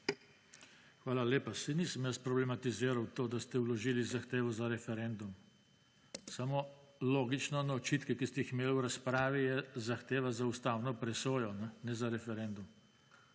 Hvala lepa. Saj nisem jaz problematiziral to, da ste vložili zahtevo za referendum. Samo logično na očitke, ki ste jih imeli v razpravi, je zahteva za ustavno presojo, ne za referendum.